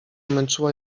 męczyła